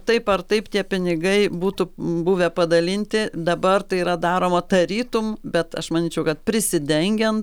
taip ar taip tie pinigai būtų buvę padalinti dabar tai yra daroma tarytum bet aš manyčiau kad prisidengian